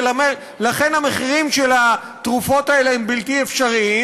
ולכן המחירים של התרופות האלה הם בלתי אפשריים,